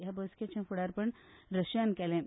हे बसकेचें फुडारपण रशियान केलें